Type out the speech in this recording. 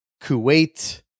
Kuwait